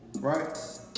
right